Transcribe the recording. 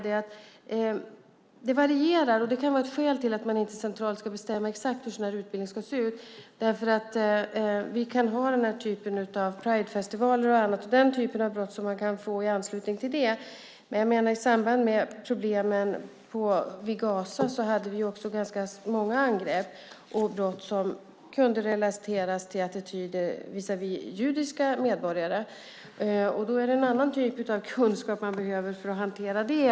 Ett skäl till att man inte centralt ska bestämma exakt hur en sådan här utbildning ska se ut är att brotten varierar. Vi kan få en typ av brott i anslutning till Pridefestivaler och annat. Men i samband med problemen i Gaza hade vi ganska många angrepp och brott som kunde relateras till attityder visavi judiska medborgare. Det behövs en annan typ av kunskap för att hantera det.